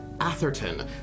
Atherton